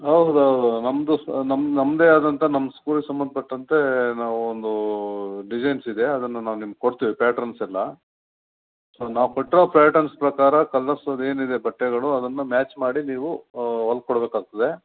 ಹೌದು ಹೌದು ನಮ್ಮದು ನಮ್ಮ ನಮ್ಮದೆ ಆದಂತ ನಮ್ಮ ಸ್ಕೂಲ್ಗೆ ಸಂಬಂಧಪಟ್ಟಂತೆ ನಾವು ಒಂದು ಡಿಸೈನ್ಸ್ ಇದೆ ಅದನ್ನು ನಾವು ನಿಮ್ಗೆ ಕೊಡ್ತೇವೆ ಪ್ಯಾಟ್ರನ್ಸ್ ಎಲ್ಲ ಸೊ ನಾವು ಕೊಟ್ಟಿರೋ ಪ್ಯಾಟರ್ನ್ಸ್ ಪ್ರಕಾರ ಕಲ್ಲರ್ಸು ಅದೇನು ಇದೆ ಬಟ್ಟೆಗಳು ಅದನ್ನು ಮ್ಯಾಚ್ ಮಾಡಿ ನೀವು ಹೊಲ್ದ್ ಕೊಡ್ಬೇಕು ಆಗ್ತದೆ